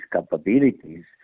capabilities